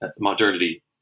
modernity